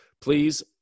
please